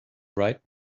right